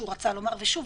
שוב,